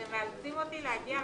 אני כבר אגיע לזה.